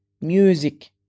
Music